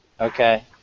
Okay